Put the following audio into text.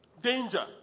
danger